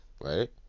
right